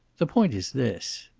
the point is this.